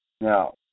Now